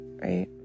right